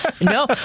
No